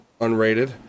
unrated